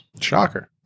Shocker